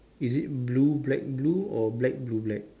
is it blue black blue or black blue black